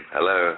Hello